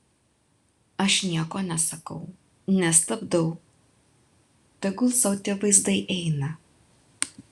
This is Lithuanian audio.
aš nieko nesakau nestabdau tegul sau tie vaizdai eina